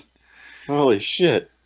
holy shit,